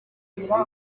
serivisi